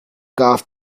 back